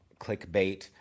clickbait